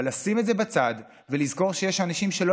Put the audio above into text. אבל לשים את זה בצד ולזכור שיש אנשים שלא